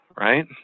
right